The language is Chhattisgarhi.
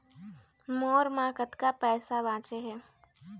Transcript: मोर म कतक पैसा बचे हे?